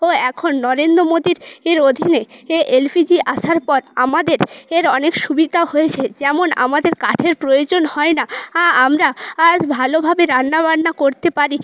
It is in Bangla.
ও এখন নরেন্দ্র মোদীর এর অধীনে এ এলপিজি আসার পর আমাদের এর অনেক সুবিধা হয়েছে যেমন আমাদের কাঠের প্রয়োজন হয় না আমরা আজ ভালোভাবে রান্না বান্না করতে পারি